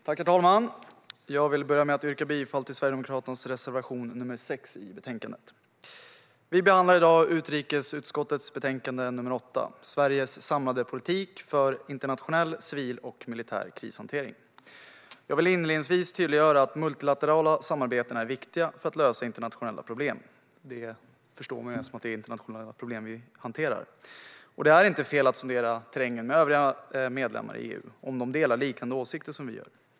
Herr talman! Jag vill börja med att yrka bifall till Sverigedemokraternas reservation nr 6 i betänkandet. Vi behandlar i dag utrikesutskottets betänkande nr 8, Sveriges samlade politik för internationell civil och militär krishantering . Jag vill inledningsvis tydliggöra att de multilaterala samarbetena är viktiga för att lösa internationella problem. Det förstår man ju, eftersom det är internationella problem vi hanterar. Det är inte fel att sondera terrängen med övriga medlemmar i EU om de har liknande åsikter som vi.